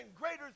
greater